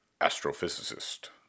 astrophysicist